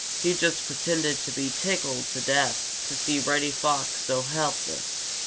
he just pretended to be tickled to death to see reddy fox so helpless.